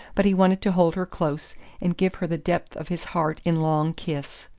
but he wanted to hold her close and give her the depth of his heart in long kiss.